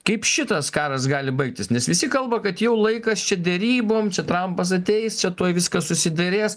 kaip šitas karas gali baigtis nes visi kalba kad jau laikas čia derybom čia trampas ateis čia tuoj viską susiderės